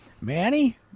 Manny